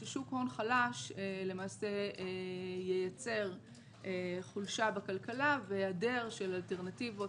ששוק הון חלש למעשה ייצר חולשה בכלכלה והיעדר של אלטרנטיבות